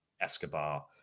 Escobar